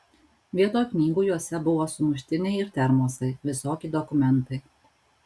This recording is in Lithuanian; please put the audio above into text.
vietoj knygų juose buvo sumuštiniai ir termosai visokie dokumentai